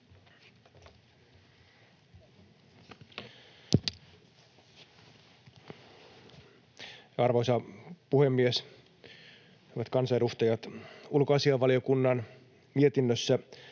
Arvoisa puhemies, hyvät kansanedustajat! Ulkoasiainvaliokunnan mietinnössä